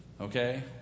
Okay